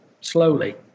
slowly